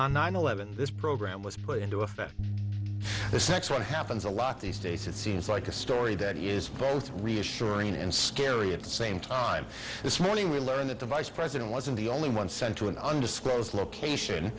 on nine eleven this program was playing to affect the sex what happens a lot these days it seems like a story that is both reassuring and scary at the same time this morning we learned that the vice president wasn't the only one sent to an undisclosed location